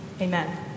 Amen